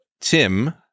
Tim